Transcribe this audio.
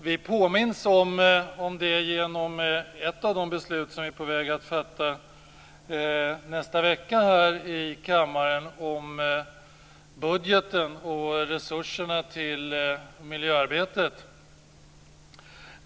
Vi påminns om det genom ett av de beslut som vi är på väg att fatta nästa vecka i kammaren om budgeten och resurserna till miljöarbetet.